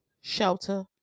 shelter